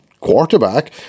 quarterback